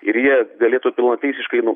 ir jie galėtų pilnateisiškai nu